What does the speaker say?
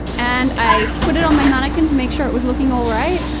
and i put it on my mannequin to make sure it was looking alright.